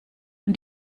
und